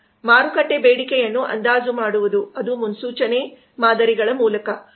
ಮಾರುಕಟ್ಟೆ ಬೇಡಿಕೆಯನ್ನು ಅಂದಾಜು ಮಾಡುವುದು ಅದು ಮುನ್ಸೂಚನೆ ಮಾದರಿಗಳ ಮೂಲಕ